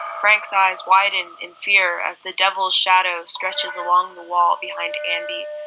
frank's eyes widen in fear as the devil's shadow stretches along the wall behind andy,